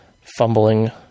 fumbling